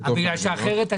מפני שאחרת,